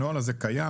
הנוהל הזה קיים.